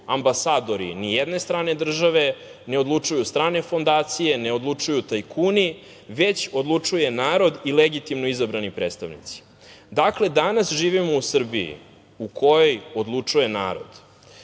ambasadori nijedne strane države, ne odlučuju strane fondacije, ne odlučuju tajkuni, već odlučuje narod i legitimno izabrani predstavnici. Dakle, danas živimo u Srbiji u kojoj odlučuje narod. Narod